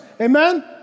amen